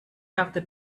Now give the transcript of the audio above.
have